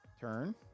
Turn